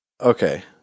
Okay